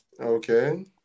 Okay